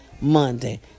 Monday